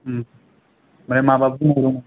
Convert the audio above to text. ओमफ्राय माबा बुंबावनांगौ